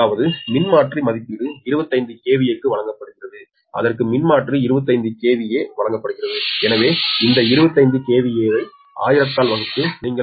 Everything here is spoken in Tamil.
அதாவது மின்மாற்றி மதிப்பீடு 25 KVA க்கு வழங்கப்படுகிறது அதற்கு மின்மாற்றி 25 KVAis வழங்கப்படுகிறது எனவே இந்த 25 KVAmake ஐ 1000 ஆல் வகுத்து நீங்கள் 0